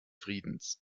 friedens